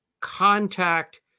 contact